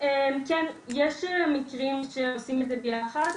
יש מקרים שעושים את זה ביחד,